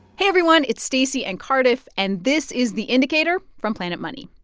hey, everyone. it's stacey and cardiff, and this is the indicator from planet money.